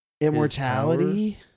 immortality